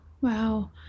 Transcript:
Wow